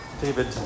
David